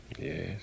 Yes